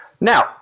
Now